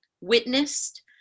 witnessed